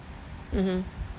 mmhmm